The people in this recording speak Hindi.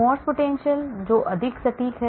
Morse potential है जो अधिक सटीक है